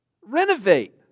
Renovate